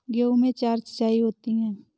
गेहूं में चार सिचाई होती हैं